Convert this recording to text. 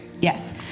Yes